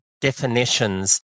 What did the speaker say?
definitions